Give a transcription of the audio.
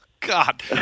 God